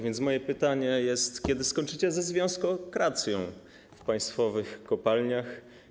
Więc moje pytanie brzmi: Kiedy skończycie ze związkokracją w państwowych kopalniach?